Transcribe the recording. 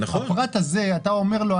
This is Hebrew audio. הפרט הזה אתה אומר לו,